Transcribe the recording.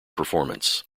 performance